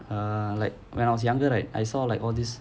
err like when I was younger right I saw like all these